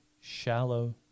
shallow